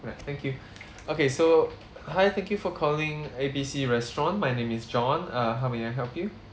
alright thank you okay so hi thank you for calling A B C restaurant my name is john uh how may I help you